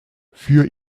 für